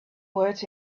words